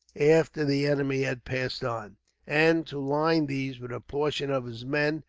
after the enemy had passed on and to line these with a portion of his men,